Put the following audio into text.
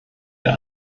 der